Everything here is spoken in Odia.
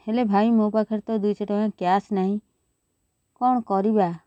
ହେଲେ ଭାଇ ମୋ ପାଖରେ ତ ଦୁଇଶହ ଟଙ୍କା କ୍ୟାସ୍ ନାହିଁ କ'ଣ କରିବା